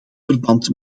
verband